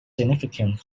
significant